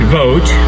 vote